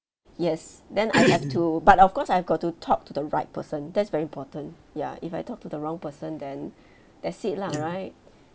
yes then I have to but of course I've got to talk to the right person that's very important ya if I talk to the wrong person then that's it lah right